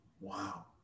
Wow